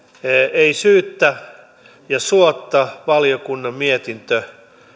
ei syyttä ja suotta valiokunnan mietintö